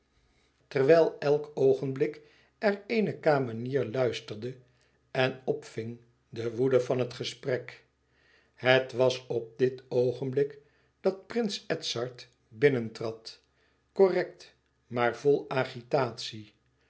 terwijl elk oogenblik er eene kamenier luisterde en opving de woede van het gesprek het was op dit oogenblik dat prins edzard binnentrad correct maar vol